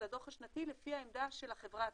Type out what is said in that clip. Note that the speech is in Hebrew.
זה הדוח השנתי לפי העמדה של החברה עצמה,